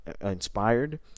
inspired